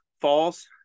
falls